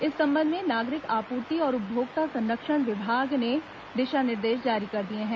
इस संबंध में नागरिक आपूर्ति और उपभोक्ता संरक्षण विभाग ने दिशा निर्देश जारी कर दिए हैं